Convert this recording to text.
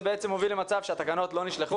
זה מוביל למצב שהתקנות עדין לא נשלחו